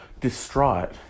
distraught